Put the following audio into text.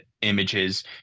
images